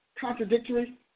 contradictory